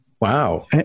Wow